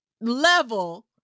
level